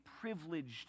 privileged